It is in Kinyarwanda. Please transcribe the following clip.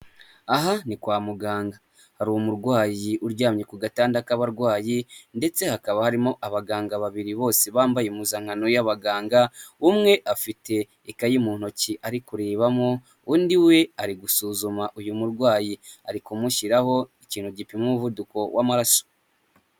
Aha ni kwa muganga hari umurwayi uryamye ku gatanda k'abarwayi ndetse hakaba harimo abaganga babiri bose bambaye impuzankano y'abaganga umwe afite ikayi mu ntoki ari kurebamo undi we ari gusuzuma uyu murwayi ari kumushyiraho ikintu gipima umuvuduko w'amaraso.